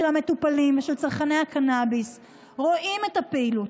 המטופלים ושל צרכני הקנביס רואים את הפעילות,